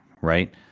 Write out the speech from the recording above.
Right